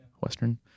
Western